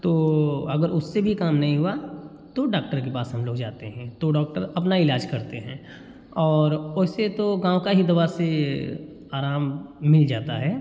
तो अगर उससे भी काम नहीं हुआ तो डाक्टर के पास हम लोग जाते हैं तो डॉक्टर अपना इलाज करते हैं और वैसे तो गाँव का ही दवा से आराम मिल जाता है